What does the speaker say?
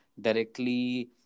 directly